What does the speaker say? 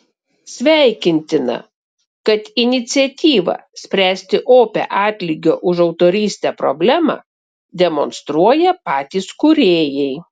sveikintina kad iniciatyvą spręsti opią atlygio už autorystę problemą demonstruoja patys kūrėjai